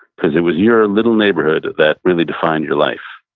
because it was your little neighborhood that really defined your life.